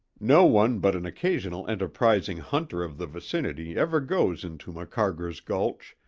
no one but an occasional enterprising hunter of the vicinity ever goes into macarger's gulch,